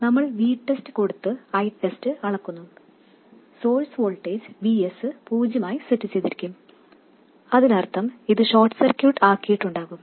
നമ്മൾ Vtest കൊടുത്ത് Itest അളക്കുന്നു സോഴ്സ് വോൾട്ടേജ് Vs പൂജ്യമായി സെറ്റ് ചെയ്തിരിക്കും അതിനർഥം ഇത് ഷോർട്ട് സർക്യൂട്ട് ആക്കിയിട്ടുണ്ടാകും